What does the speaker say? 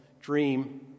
dream